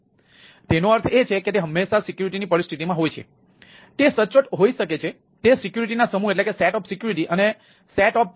તેથી તેનો અર્થ એ છે કે તે હંમેશાં સિક્યુરિટીની પરિસ્થિતિમાં હોય છે